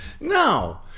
No